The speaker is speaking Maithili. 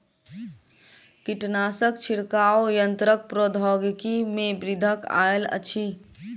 कीटनाशक छिड़काव यन्त्रक प्रौद्योगिकी में वृद्धि आयल अछि